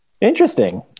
Interesting